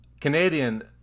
Canadian